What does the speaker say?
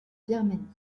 birmanie